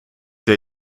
der